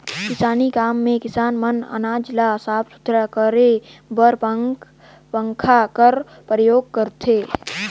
किसानी काम मे किसान मन अनाज ल साफ सुथरा करे बर पंखा कर परियोग करथे